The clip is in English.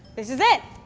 this is it.